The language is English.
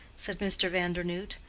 said mr. vandernoodt.